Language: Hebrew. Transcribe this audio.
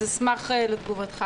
אז אשמח לתגובתך.